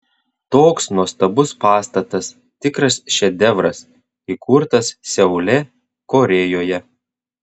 toks nuostabus pastatas tikras šedevras įkurtas seule korėjoje